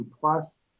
plus